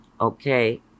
okay